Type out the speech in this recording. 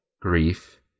grief